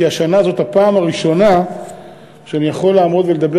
כי השנה זאת הפעם הראשונה שאני יכול לעמוד ולדבר